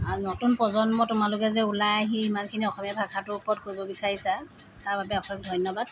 আৰু নতুন প্ৰজন্ম তোমালোকে যে ওলাই আহি ইমানখিনি অসমীয়া ভাষাটোৰ ওপৰত কৰিব বিচাৰিছা তাৰবাবে অশেষ ধন্যবাদ